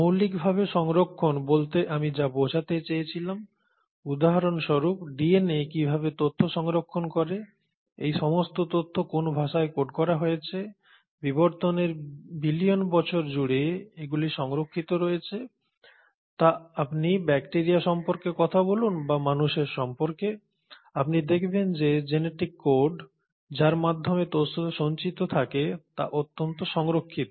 মৌলিকভাবে সংরক্ষণ বলতে আমি যা বোঝাতে চেয়েছিলাম উদাহরণস্বরূপ ডিএনএ কীভাবে তথ্য সংরক্ষণ করে এই সমস্ত তথ্য কোন ভাষায় কোড করা হয়েছে বিবর্তনের বিলিয়ন বছর জুড়ে এগুলি সংরক্ষিত রয়েছে তা আপনি ব্যাকটিরিয়া সম্পর্কে কথা বলুন বা মানুষের সম্পর্কে আপনি দেখবেন যে জেনেটিক কোড যার মাধ্যমে তথ্য সঞ্চিত থাকে তা অত্যন্ত সংরক্ষিত